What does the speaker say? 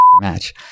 match